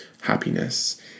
happiness